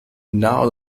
now